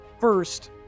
First